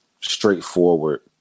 straightforward